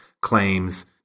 claims